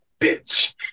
bitch